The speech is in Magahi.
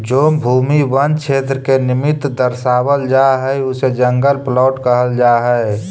जो भूमि वन क्षेत्र के निमित्त दर्शावल जा हई उसे जंगल प्लॉट कहल जा हई